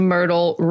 Myrtle